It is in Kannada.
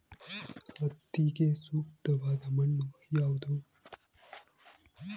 ಹತ್ತಿಗೆ ಸೂಕ್ತವಾದ ಮಣ್ಣು ಯಾವುದು?